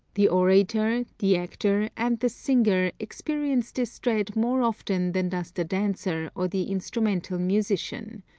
the orator, the actor and the singer experience this dread more often than does the dancer or the instrumental musician.